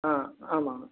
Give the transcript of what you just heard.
ஆ ஆமாங்க